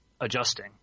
adjusting